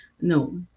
No